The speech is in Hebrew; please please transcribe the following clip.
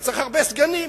אז צריך הרבה סגנים.